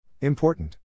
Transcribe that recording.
Important